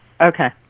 okay